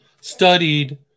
studied